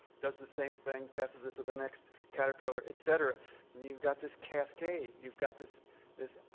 does the same thing, passes it to the next caterpillar, et cetera. then you've got this cascade. you've got this this